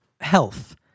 health